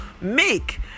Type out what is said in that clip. make